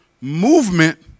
movement